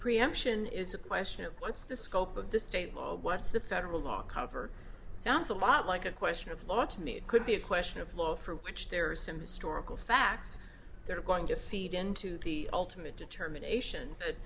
preemption is a question of what's the scope of the state what's the federal law cover it sounds a lot like a question of law to me it could be a question of law for which there are some historical facts there are going to feed into the ultimate determination